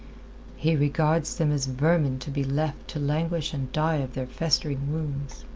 he regards them as vermin to be left to languish and die of their festering wounds.